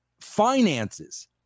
finances